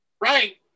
Right